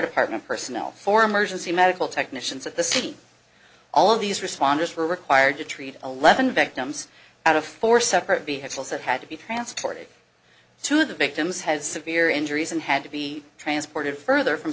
department personnel for emergency medical technicians at the scene all of these responders were required to treat eleven victims out of four separate vehicles that had to be transported to the victims had severe injuries and had to be transported further from